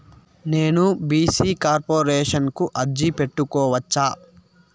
నేను BC corporation కు అర్జీ పెట్టుకోవచ్చా?